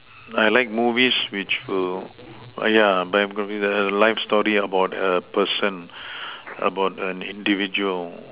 I like movies which will yeah biography life story about a person about an individual